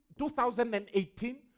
2018